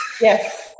Yes